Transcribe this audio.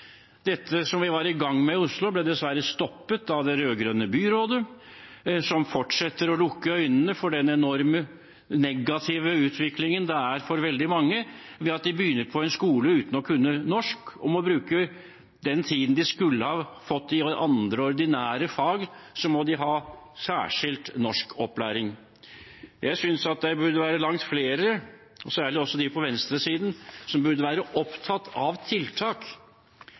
Dette som vi var i gang med i Oslo, ble dessverre stoppet av det rød-grønne byrådet, som fortsetter å lukke øynene for den enormt negative utviklingen det er for veldig mange barn dersom de begynner på skolen uten å kunne norsk, og må bruke den tiden de skulle ha brukt på andre ordinære fag, til å ha særskilt norskopplæring. Jeg synes langt flere, særlig de på venstresiden, burde være opptatt av tiltak,